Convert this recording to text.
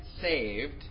saved